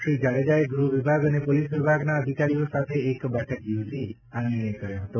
શ્રી જાડેજાએ ગુહવિભાગ અને પોલીસ વિભાગના અધિકારીઓ સાથે એક બેઠક યોજી આ નિર્ણય કરવામાં આવ્યો હતો